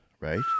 right